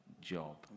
job